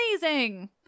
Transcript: Amazing